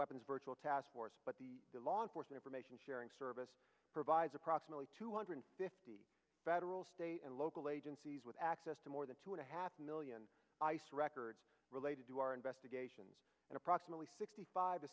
weapons virtual task force but the law enforcement for making sharing service provides approximately two hundred fifty federal state and local agencies with access to more than two and a half million ice records related to our investigation and approximately sixty five